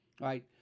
right